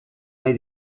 nahi